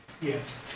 Yes